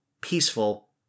peaceful